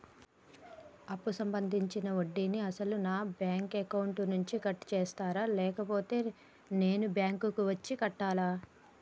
అప్పు సంబంధించిన వడ్డీని అసలు నా బ్యాంక్ అకౌంట్ నుంచి కట్ చేస్తారా లేకపోతే నేను బ్యాంకు వచ్చి కట్టాలా?